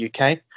UK